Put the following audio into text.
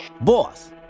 Boss